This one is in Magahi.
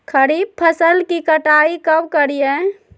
खरीफ फसल की कटाई कब करिये?